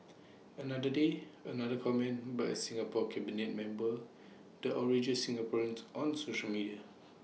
another day another comment by A Singapore cabinet member the outrages Singaporeans on social media